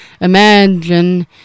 Imagine